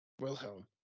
Wilhelm